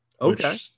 Okay